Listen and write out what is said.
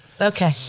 Okay